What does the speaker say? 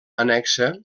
annexa